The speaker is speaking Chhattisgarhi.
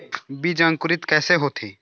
बीज अंकुरित कैसे होथे?